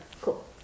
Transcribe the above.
Cool